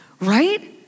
Right